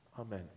Amen